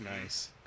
nice